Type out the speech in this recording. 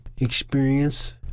experience